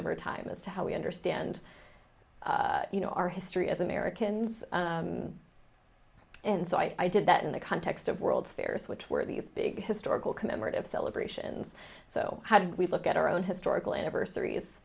over time as to how we understand you know our history as americans and so i did that in the context of world affairs which were these big historical commemorative celebrations so how do we look at our own historical anniversaries